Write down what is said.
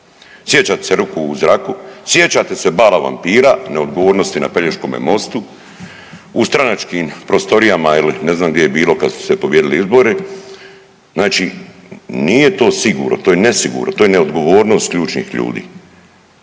sjećate se ruku u zraku, sjećate se bala vampira, neodgovornosti na Pelješkome mostu, u stranačkim prostorijama ili ne znam gdje je bilo kad su se pobijedili izbori. Znači nije to sigurno to je nesigurno, to je neodgovornost ključnih ljudi.